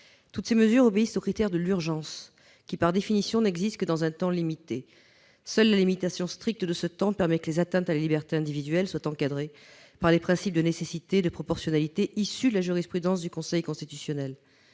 Toutes ces mesures obéissent au critère de l'urgence, qui, par définition, n'existe que dans une période limitée. Seule la limitation stricte de cette période permet que les atteintes à la liberté individuelle soient encadrées par les principes de nécessité et de proportionnalité issus de la jurisprudence du Conseil constitutionnel.